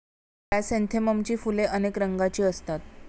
क्रायसॅन्थेममची फुले अनेक रंगांची असतात